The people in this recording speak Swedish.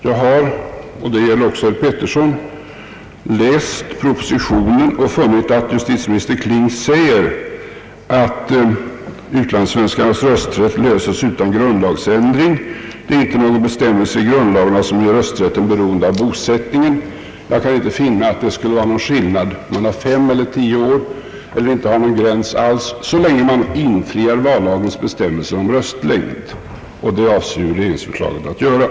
Jag har, och det gäller också herr Pettersson, läst propositionen och funnit att justitieminister Kling säger att utlandssvenskarnas rösträtt löses utan grundlagsändring. Det är inte några bestämmelser i grundlagen som gör rösträtten beroende av bosättningen. Jag kan inte finna att det skulle vara någon skillnad mellan fem och tio år eller att inte ha någon gräns alls, så länge man infriar vallagens bestämmelser om röstlängd, och det avser regeringsförslaget att göra.